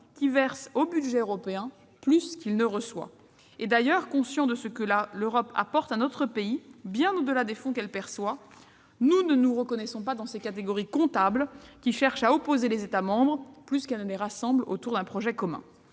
qui verse au budget européen plus qu'il ne reçoit. D'ailleurs, conscients de ce que l'Europe apporte à notre pays, bien au-delà des fonds qu'il perçoit, nous ne nous reconnaissons pas dans ces catégories comptables, qui cherchent à opposer les États membres plus qu'elles ne les rassemblent autour d'un projet commun.